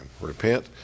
Repent